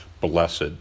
blessed